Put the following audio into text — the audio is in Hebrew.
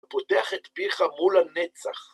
ופותח את פיך מול הנצח.